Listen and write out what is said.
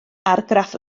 argraff